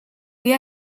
wie